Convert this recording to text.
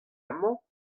amañ